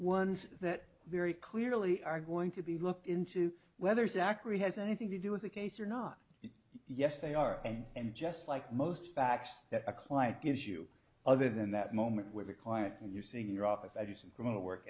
ones that very clearly are going to be looked into whether zachary has anything to do with the case or not yes they are and just like most facts that a client gives you other than that moment with your client and you see in your office i do some criminal work